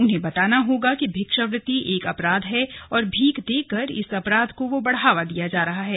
उन्हें बताना होगा कि भिक्षावृत्ति एक अपराध है और भीख देकर इस अपराध को बढ़ावा दिया जा रहा है